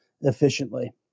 efficiently